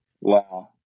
Wow